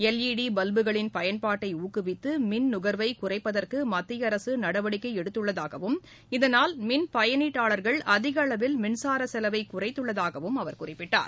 LED பல்புகளின் பயன்பாட்டைக்குவித்து மின்நுகர்வைகுறைப்பதற்குமத்திய அரசுநடவடிக்கை டுத்துள்ளதாகவும் இதனால் மின் பயளீட்டாளர்கள் அதிகளவில் மின்சாரசெலவைகுறைத்துள்ளதாகவும் அவர் குறிப்பிட்டார்